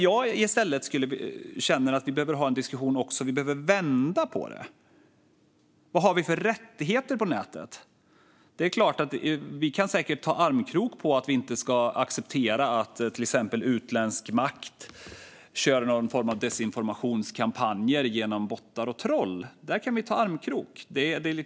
Jag känner att vi i stället behöver vända på det. Vad har vi för rättigheter på nätet? Vi kan säkert ta armkrok när det gäller att vi inte ska acceptera att till exempel utländsk makt kör desinformationskampanjer genom bottar och troll.